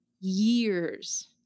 years